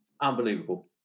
unbelievable